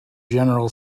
general